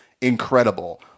incredible